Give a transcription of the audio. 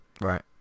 right